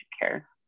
care